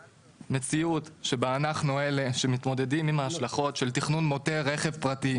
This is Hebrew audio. מציאות שבה אנחנו אלה שמתמודדים עם ההשלכות של תכנון מוטה רכב פרטי,